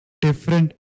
different